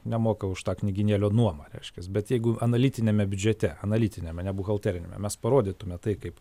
nemoka už tą knygynėlio nuomą reiškiasi bet jeigu analitiniame biudžete analitiniame ne buhalteriniame mes parodytume tai kaip